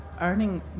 earning